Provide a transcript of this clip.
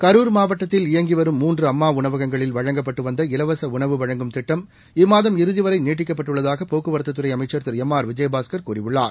கரூர் மாவட்டத்தில் இயங்கி வரும் மூன்று அம்மா உணவகங்களில் வழங்கப்பட்டு வந்த இலவச உணவு வழங்கும் திட்டம் இம்மாதம் இறுதி வரை நீட்டிக்கப்பட்டுள்ளதாக போக்குவரத்துத் துறை அமைச்ச் திரு எம் ஆர் விஜயபாஸ்கர் கூறியுள்ளார்